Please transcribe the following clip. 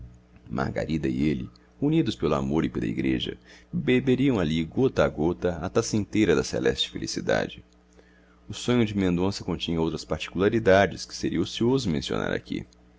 margarida e ele unidos pelo amor e pela igreja beberiam ali gota a gota a taça inteira da celeste felicidade o sonho de mendonça continha outras particularidades que seria ocioso mencionar aqui